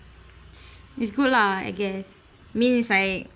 is good lah I guess means is like